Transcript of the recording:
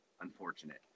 unfortunate